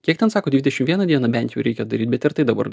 kiek ten sako dvidešim vieną dieną bent jau reikia daryt bet ir tai dabar